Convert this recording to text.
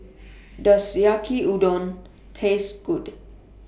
Does Yaki Udon Taste Good